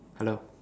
hello